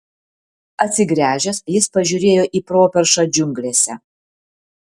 atsigręžęs jis pažiūrėjo į properšą džiunglėse